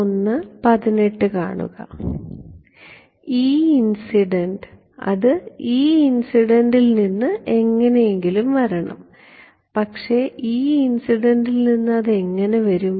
E incident അത് E ഇൻസിഡൻ്റിൽ നിന്ന് എങ്ങനെയെങ്കിലും വരണം പക്ഷേ E ഇൻസിഡൻ്റിൽ നിന്ന് അത് എങ്ങനെ വരും